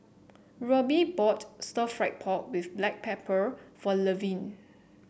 Roby bought stir fry pork with Black Pepper for Levern